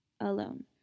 alone